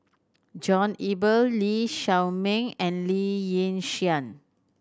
John Eber Lee Shao Meng and Lee Yi Shyan